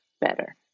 better